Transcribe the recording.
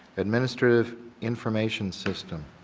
administrative information system,